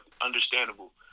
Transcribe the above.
understandable